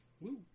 Woo